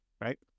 Right